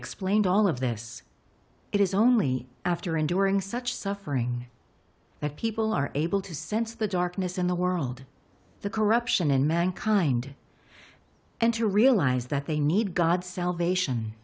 explained all of this it is only after enduring such suffering that people are able to sense the darkness in the world the corruption in mankind and to realize that they need god salvation